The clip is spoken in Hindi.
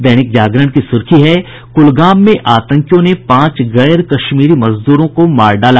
दैनिक जागरण की सुर्खी है कुलगाम में आतंकियों ने पांच गैर कश्मीरी मजदूरों को मार डाला